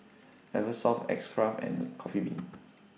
Eversoft X Craft and Coffee Bean